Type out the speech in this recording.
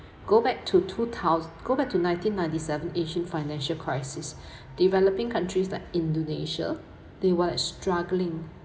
go back to two thou~ go back to nineteen ninety seven asian financial crisis developing countries like indonesia they was struggling